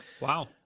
Wow